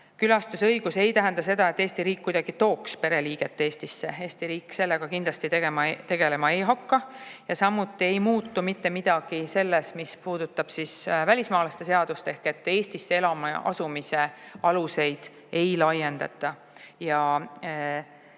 külastusõigus ei tähenda seda, et Eesti riik kuidagi tooks pereliikme Eestisse. Eesti riik sellega kindlasti tegelema ei hakka. Ja samuti ei muutu mitte midagi selles, mis puudutab välismaalaste seadust, ehk Eestisse elama asumise aluseid ei laiendata.